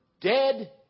dead